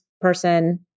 person